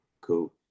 cool